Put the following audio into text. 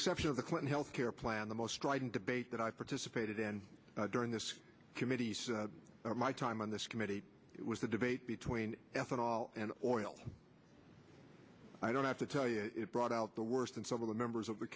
exception of the clinton health care plan the most strident debates that i've participated in during this committee's or my time on this committee it was the debate between ethanol and oil i don't have to tell you it brought out the worst in some of the members of the